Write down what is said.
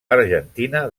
argentina